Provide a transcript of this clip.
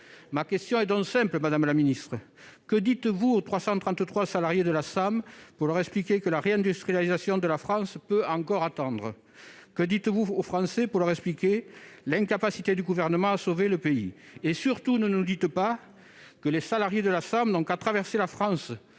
Ma question est donc simple, madame la ministre : que dites-vous aux 333 salariés de la SAM pour leur expliquer que la réindustrialisation de la France peut encore attendre ? Que dites-vous aux Français pour expliquer l'incapacité du Gouvernement à sauver le pays ? Et surtout, ne nous dites pas que, pour trouver un travail, les salariés de la SAM n'ont qu'à traverser la France